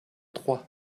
trois